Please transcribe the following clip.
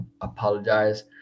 apologize